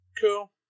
Cool